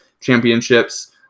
championships